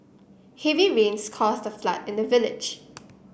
heavy rains caused a flood in the village